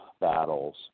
battles